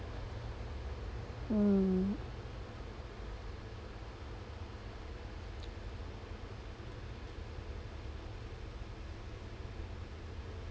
mm